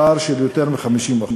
פער של יותר מ-50%,